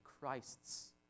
Christ's